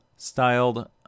styled